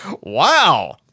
Wow